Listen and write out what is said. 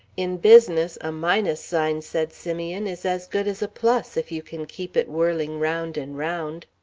in business, a minus sign, said simeon, is as good as a plus, if you can keep it whirling round and round.